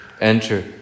Enter